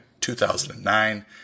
2009